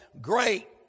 great